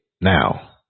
now